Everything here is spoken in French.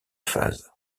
phase